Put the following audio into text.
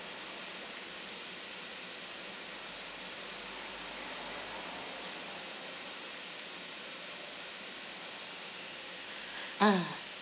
ah